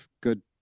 good